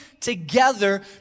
together